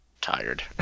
tired